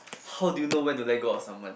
how do you know when to let go of someone